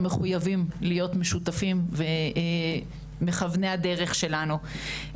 אבל מחויבים להיות משותפים ומכווני הדרך שלנו.